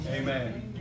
Amen